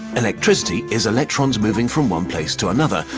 electricity is electrons moving from one place to another,